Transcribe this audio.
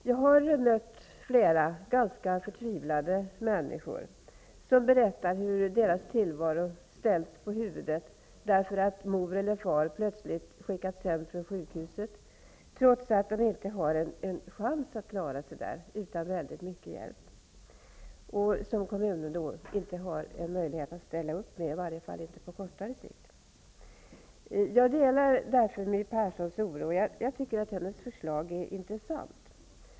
Jag har mött flera ganska förtvivlade människor som berättar hur deras tillvaro ställts på huvudet därför att mor eller far plötsligt skickats hem från sjukhuset, trots att de inte har en chans att klara sig där utan väldigt mycket hjälp, något som kommunen inte har möjlighet att ställa upp med, åtminstone inte med kort varsel. Jag delar därför My Perssons oro, och jag tycker att hennes förslag är intressant.